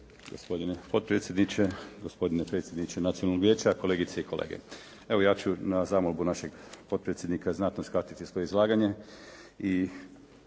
Gospodine potpredsjedniče, gospodine predsjedniče Nacionalnog vijeća, kolegice i kolege. Evo, ja ću na zamolbu našeg potpredsjednika znatno skratiti svoje izlaganje.